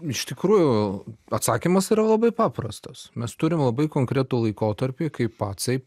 iš tikrųjų atsakymas yra labai paprastas mes turim labai konkretų laikotarpį kai pacai